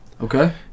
okay